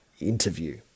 interview